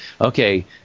okay